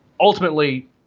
ultimately